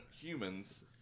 humans